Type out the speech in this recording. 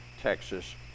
Texas